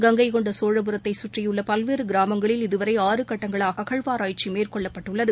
கங்கைகொண்ட சோழபுரத்தை சுற்றியுள்ள பல்வேறு கிராமங்களில் இதுவரை ஆறு கட்டங்களாக அகழ்வராய்ச்சி மேற்கொள்ளப்பட்டுள்ளது